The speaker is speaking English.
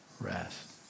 rest